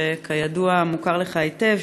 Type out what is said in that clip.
שכידוע מוכר לך היטב,